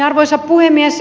arvoisa puhemies